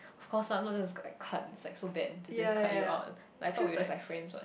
of course lah I'm not just like cut it's like so bad to just cut you out like I thought we're just like friends what